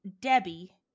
Debbie